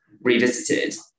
revisited